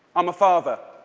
i'm a father,